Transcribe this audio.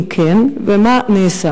2. אם כן, מה נעשה?